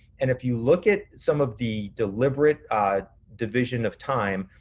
and if you look at some of the deliberate division of time,